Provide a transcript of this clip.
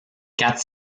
quatre